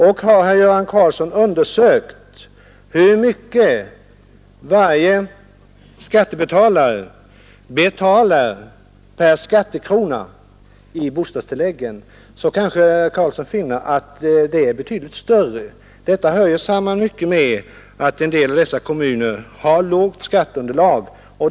Och har herr Göran Karlsson undersökt hur mycket varje skattebetalare betalar per skattekrona för bostadstilläggen, så kanske herr Karlsson finner att det är betydligt större belopp. Detta hör ju i stor utsträckning samman med att en del av dessa kommuner har lågt skatteunderlag.